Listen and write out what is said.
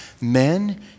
men